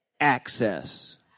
access